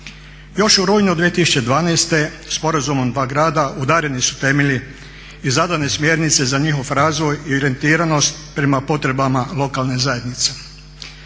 Još u ruju 2012. sporazumom dva grada udareni su temelji i zadane smjernice za njihov razvoj i orijentiranost prema potrebama lokalne zajednice.